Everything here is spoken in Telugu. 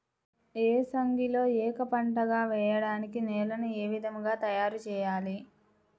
ఏసంగిలో ఏక పంటగ వెయడానికి నేలను ఏ విధముగా తయారుచేయాలి?